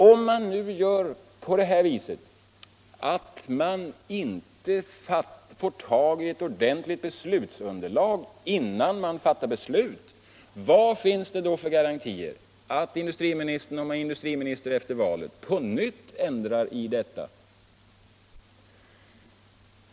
Om vi inte får fram ett ordentligt beslutsunderlag innan vi fattar beslut, vad finns det då för garantier att industriministern — om han är industriminister efter valet — inte på nytt ändrar sig?